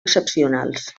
excepcionals